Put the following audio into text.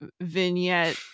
vignette